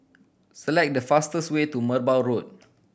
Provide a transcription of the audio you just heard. select the fastest way to Merbau Road